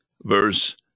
Verse